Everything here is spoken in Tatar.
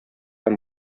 һәм